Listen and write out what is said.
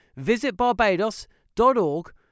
visitbarbados.org